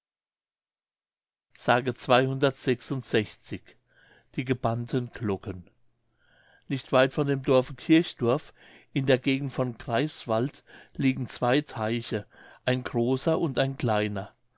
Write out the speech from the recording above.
die gebannten glocken nicht weit von dem dorfe kirchdorf in der gegend von greifswald liegen zwei teiche ein großer und ein kleiner